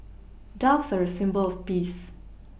doves are a symbol of peace